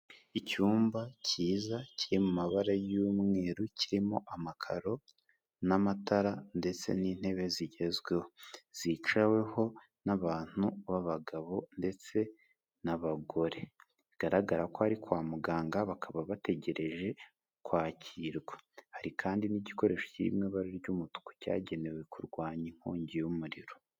Icyumba cyiza kiri mu mabara y'umweru kirimo amakaro n'amatara ndetse n'intebe zigezweho zicaweho n'abantu b'abagabo ndetse n'abagore, bigaragara ko ari kwa muganga bakaba bategereje kwakirwa hari kandi n'igikoresho cy'ibara ry'umutuku cyagenewe kurwanya inkongi y'umuriro.